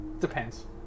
depends